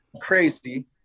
crazy